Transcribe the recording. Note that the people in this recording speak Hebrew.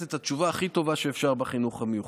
את התשובה הכי טובה שאפשר בחינוך המיוחד.